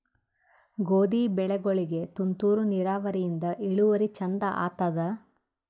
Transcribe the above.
ಗೋಧಿ ಬೆಳಿಗೋಳಿಗಿ ತುಂತೂರು ನಿರಾವರಿಯಿಂದ ಇಳುವರಿ ಚಂದ ಆತ್ತಾದ?